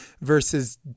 versus